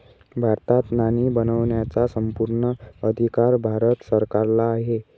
भारतात नाणी बनवण्याचा संपूर्ण अधिकार भारत सरकारला आहे